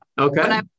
Okay